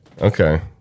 Okay